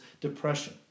depression